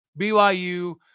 BYU